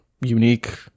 unique